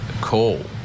call